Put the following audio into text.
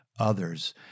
others